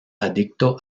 adicto